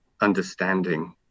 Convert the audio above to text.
understanding